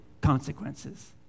consequences